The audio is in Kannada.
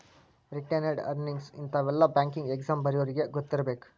ರಿಟೇನೆಡ್ ಅರ್ನಿಂಗ್ಸ್ ಇಂತಾವೆಲ್ಲ ಬ್ಯಾಂಕಿಂಗ್ ಎಕ್ಸಾಮ್ ಬರ್ಯೋರಿಗಿ ಗೊತ್ತಿರ್ಬೇಕು